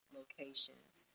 locations